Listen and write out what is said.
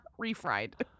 Refried